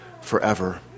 forever